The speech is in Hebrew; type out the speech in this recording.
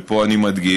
ופה אני מדגיש,